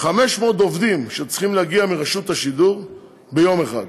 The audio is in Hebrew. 500 עובדים שצריכים להגיע מרשות השידור ביום אחד: